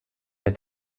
der